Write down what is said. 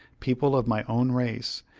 people of my own race,